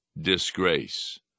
disgrace